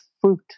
fruit